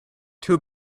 too